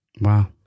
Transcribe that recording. Wow